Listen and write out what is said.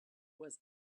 was